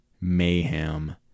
mayhem